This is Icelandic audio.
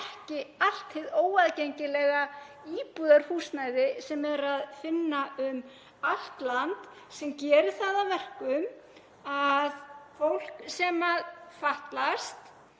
ekki allt hið óaðgengilega íbúðarhúsnæði sem er að finna um allt land og gerir það að verkum að fólk sem fatlast,